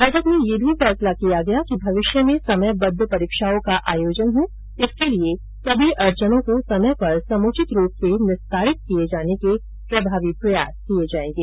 बैठक में ये भी फैसला लिया गया कि भविष्य में समयबद्व परीक्षाओं का आयोजन हो इसके लिये सभी अड़चनों को समय पर समुचित रूप से निस्तारित किये जाने के प्रभावी प्रयास किये जाएंगें